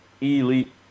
Elite